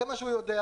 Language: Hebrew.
זה מה שהוא יודע.